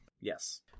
Yes